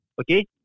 Okay